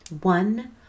one